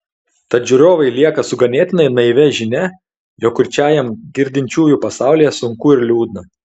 tad žiūrovai lieka su ganėtinai naivia žinia jog kurčiajam girdinčiųjų pasaulyje sunku ir liūdna